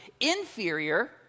inferior